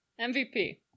MVP